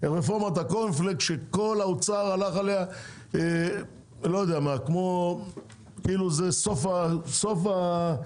רפורמת הקורנפלקס שכל האוצר הלך עליה כאילו זה סוף העסק,